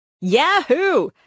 Yahoo